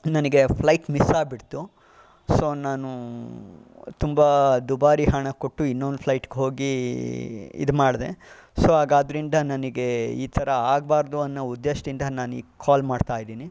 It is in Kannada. ನನಗೆ ಫ್ಲೈಟ್ ಮಿಸ್ ಆಗಿ ಬಿಡ್ತು ಸೋ ನಾನು ತುಂಬ ದುಬಾರಿ ಹಣ ಕೊಟ್ಟು ಇನ್ನೊಂದು ಫ್ಲೈಟ್ಗೆ ಹೋಗಿ ಇದು ಮಾಡಿದೆ ಸೋ ಹಾಗೆ ಆದ್ದರಿಂದ ನನಗೆ ಈ ಥರ ಆಗ್ಬಾರ್ದು ಅನ್ನೋ ಉದ್ದೇಶದಿಂದ ನಾನು ಈ ಕಾಲ್ ಮಾಡ್ತಾಯಿದ್ದೀನಿ